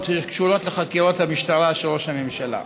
שקשורות לחקירות במשטרה של ראש הממשלה.